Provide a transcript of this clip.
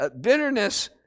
bitterness